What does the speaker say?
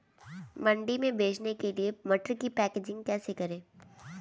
मंडी में बेचने के लिए मटर की पैकेजिंग कैसे करें?